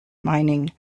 mining